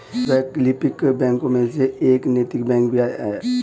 वैकल्पिक बैंकों में से एक नैतिक बैंक भी है